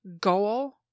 goal